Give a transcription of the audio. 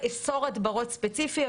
לאסור הדברות ספציפיות,